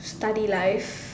study life